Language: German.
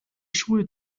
schuhe